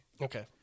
Okay